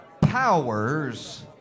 powers